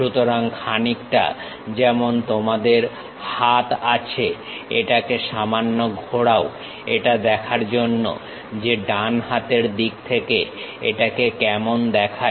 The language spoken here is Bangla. সুতরাং খানিকটা যেমন তোমাদের হাত আছে এটাকে সামান্য ঘোরাও এটা দেখার জন্য যে ডান হাতের দিক থেকে এটাকে কেমন দেখায়